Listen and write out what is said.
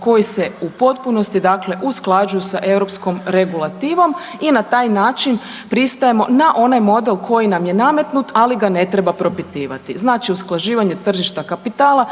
koji se u potpunosti usklađuju sa europskom regulativom i na taj način pristajemo na onaj model koji nam je nametnut, ali ga ne treba propitivati. Znači usklađivanje tržišta kapitala